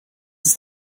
ist